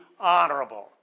honorable